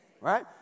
Right